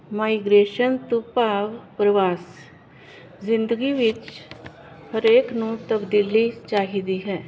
migration ਤੋਂ ਭਾਵ ਪਰਵਾਸ ਜਿੰਦਗੀ ਵਿੱਚ ਹਰੇਕ ਨੂੰ ਤਬਦੀਲੀ ਚਾਹੀਦੀ ਹੈ